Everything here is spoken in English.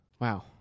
wow